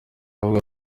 avuga